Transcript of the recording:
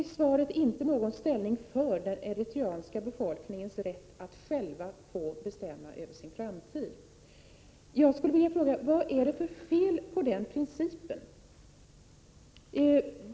I svaret tas inte ställning för den eritreanska befolkningens rätt att själv få bestämma över sin framtid. Vad är det för fel på den principen?